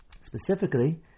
specifically